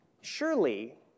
Surely